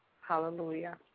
Hallelujah